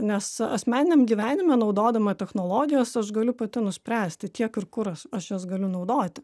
nes asmeniniam gyvenime naudodama technologijas aš galiu pati nuspręsti kiek ir kur aš aš jas galiu naudoti